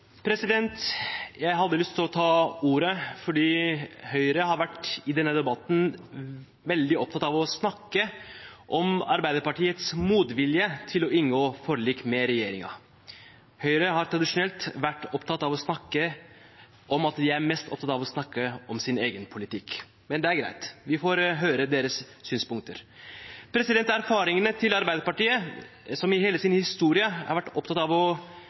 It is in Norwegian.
å ta ordet fordi Høyre i denne debatten har vært veldig opptatt av å snakke om Arbeiderpartiets motvilje mot å inngå forlik med regjeringen. Høyre har tradisjonelt vært mest opptatt av å snakke om sin egen politikk, men det er greit, vi får høre deres synspunkter. Arbeiderpartiet har i hele sin historie vært opptatt av å